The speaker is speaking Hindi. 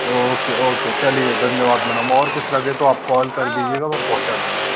ओके ओके चलाइए धन्यवाद मैडम और कुछ लगे तो आप कॉल कर दीजिएगा में पहुंचा दूँगा